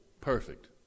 perfect